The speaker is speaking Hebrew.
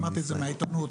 אמרתי את זה מהעיתונות,